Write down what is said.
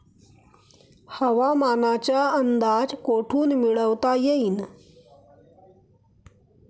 हवामानाचा अंदाज कोठून मिळवता येईन?